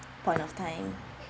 point of time